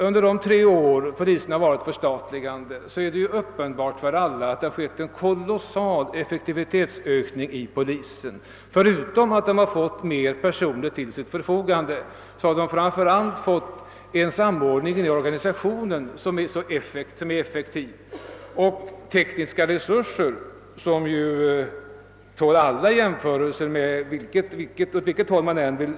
Under de tre år som gått sedan polisen förstatligades har det — det är uppenbart för alla — skett en kolossal effektivitetsökning inom polisen. Polisen har inte bara fått fler personer till sitt förfogande, utan det har också skett en samordning av organisationen och man har fått tekniska resurser som tål jämförelser åt alla håll.